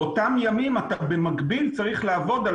באותם ימים אתה במקביל צריך לעבוד על